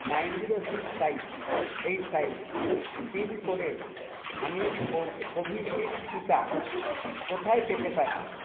nine zero six five eight five পিনকোডের আমি Covishield টিকা কোথায় পেতে পারি